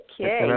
Okay